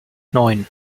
neun